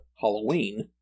Halloween